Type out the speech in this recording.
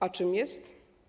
A czym jest?